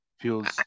Feels